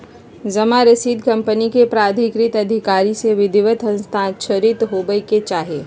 जमा रसीद कंपनी के प्राधिकृत अधिकारी से विधिवत हस्ताक्षरित होबय के चाही